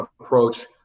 approach